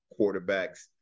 quarterbacks